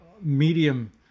medium